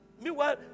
Meanwhile